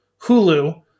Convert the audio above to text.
Hulu